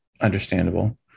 understandable